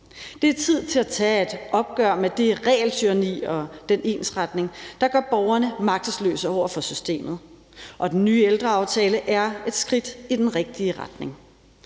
Det er tid til at tage et opgør med det regeltyranni og den ensretning, der gør borgerne magtesløse over for systemet, og den nye ældreaftale er et skridt i den rigtige retning.